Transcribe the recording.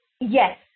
Yes